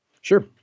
Sure